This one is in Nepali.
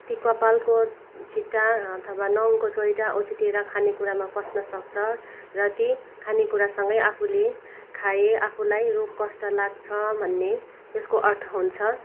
ती कपालको छिटा अथवा नङको चोइटा उछिट्टिएर खानेकुरामा पस्नसक्छ र ती खानेकुरा सँगै आफूले खाए आफूलाई रोग कष्ट लाग्छ भन्ने त्यसको अर्थ हुन्छ